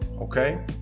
okay